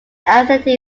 acidity